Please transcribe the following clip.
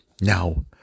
Now